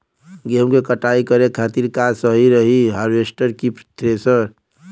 गेहूँ के कटाई करे खातिर का सही रही हार्वेस्टर की थ्रेशर?